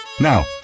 Now